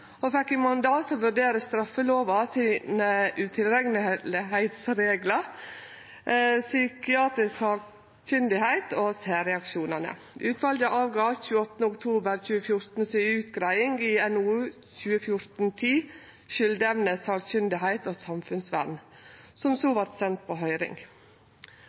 og fekk i mandat å vurdere straffelova sine reglar for det å vere tilrekneleg, psykiatrisk sakkunne og særreaksjonane. Utvalet leverte 28. oktober 2014 utgreiinga si i NOU 2014:10 Skyldevne, sakkyndighet og samfunnsvern, som så vart sendt på høyring.